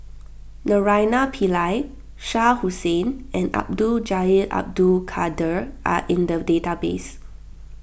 Naraina Pillai Shah Hussain and Abdul Jalil Abdul Kadir are in the database